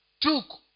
took